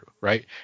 right